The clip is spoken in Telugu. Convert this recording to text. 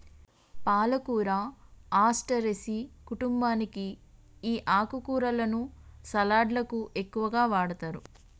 పాలకూర అస్టెరెసి కుంటుంబానికి ఈ ఆకుకూరలను సలడ్లకు ఎక్కువగా వాడతారు